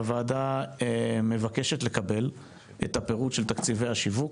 והוועדה מבקשת לקבל את הפירוט של תקציבי השיווק.